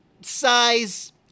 size